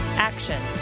Action